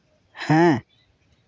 ᱦᱮᱸ